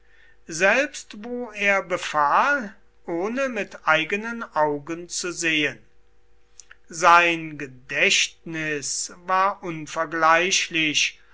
selbst wo er befahl ohne mit eigenen augen zu sehen sein gedächtnis war unvergleichlich